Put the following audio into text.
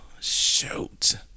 Shoot